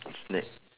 snack